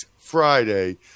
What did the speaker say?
Friday